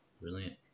Brilliant